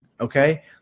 okay